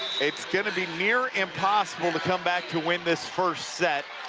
it's going to be near impossible to come back to win this first set,